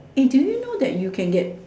eh do you know that you can that